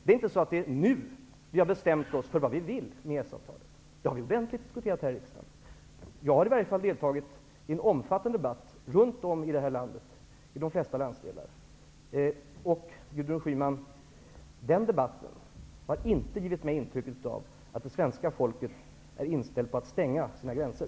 Det är inte nu vi har bestämt oss för vad vi vill med EES-avtalet. Det har vi ordentligt diskuterat här i riksdagen. Jag har också deltagit i en omfattande debatt runt om i landet, i de flesta landsdelar. Den debatten, Gudrun Schyman, har inte givit mig intryck av att svenska folket är inställt på att stänga sina gränser.